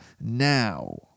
now